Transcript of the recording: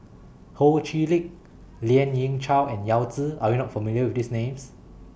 Ho Chee Lick Lien Ying Chow and Yao Zi Are YOU not familiar with These Names